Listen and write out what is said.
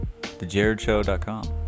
thejaredshow.com